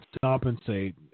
compensate